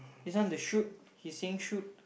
this one the shoot he's seeing shoot